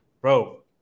Bro